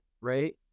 right